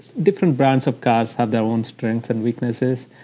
different brands of cars have their own strength and weaknesses,